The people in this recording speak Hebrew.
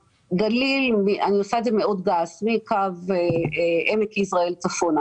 גליל אני עושה את זה מאוד גס מקו עמק יזרעאל צפונה,